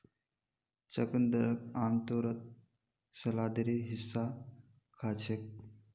चुकंदरक आमतौरत सलादेर हिस्सा खा छेक